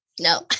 no